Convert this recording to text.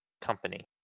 Company